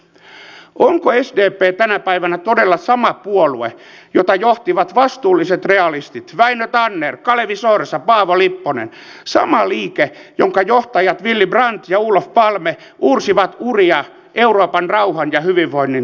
onko sdp tänä päivänä todella sama puolue jota johtivat vastuulliset realistit väinö tanner kalevi sorsa paavo lipponen sama liike jonka johtajat willy brandt ja olof palme uursivat uria euroopan rauhan ja hyvinvoinnin hyväksi